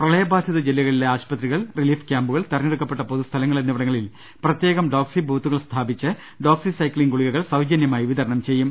പ്രളയബാധിത ജില്ലകളിലെ ആശുപത്രികൾ റിലീഫ് ക്യാമ്പുകൾ തെരഞ്ഞെടുക്കപ്പെട്ട പൊതു സ്ഥലങ്ങൾ എന്നിവിടങ്ങളിൽ പ്രത്യേകം ഡോക്സി ബൂത്തുകൾ സ്ഥാപിച്ച് ഡോക്സിസൈക്സിൻ ഗുളികകൾ സൌജന്യമായി വിത രണം ചെയ്യും